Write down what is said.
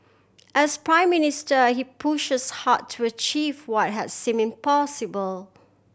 as Prime Minister he push us hard to achieve what has seem impossible